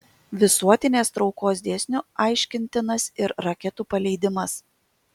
visuotinės traukos dėsniu aiškintinas ir raketų paleidimas